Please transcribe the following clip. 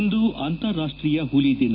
ಇಂದು ಅಂತಾರಾಷ್ವೀಯ ಹುಲಿ ದಿನ